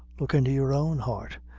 look into your own heart,